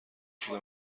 شده